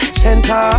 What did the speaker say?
center